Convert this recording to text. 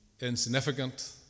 insignificant